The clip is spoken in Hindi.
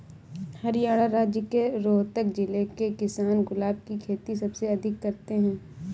हरियाणा राज्य के रोहतक जिले के किसान गुलाब की खेती सबसे अधिक करते हैं